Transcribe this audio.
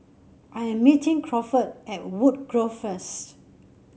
I am meeting Crawford at Woodgrove first